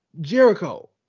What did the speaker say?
Jericho